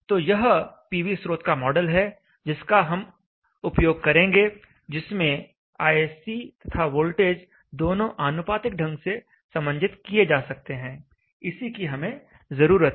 तो यह पीवी स्रोत का मॉडल है जिसका हम उपयोग करेंगे जिसमें ISC तथा वोल्टेज दोनों आनुपातिक ढंग से समंजित किए जा सकते हैं इसी की हमें जरूरत है